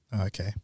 okay